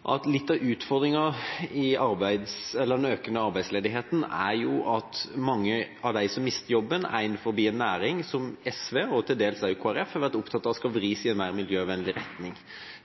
for litt av utfordringen med den økende arbeidsledigheten er jo at mange av dem som mister jobben, er innenfor en næring som SV, og til dels også Kristelig Folkeparti, har vært opptatt av at skal vris i en mer miljøvennlig retning.